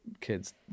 kids